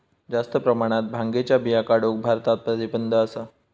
जास्त प्रमाणात भांगेच्या बिया काढूक भारतात प्रतिबंध असा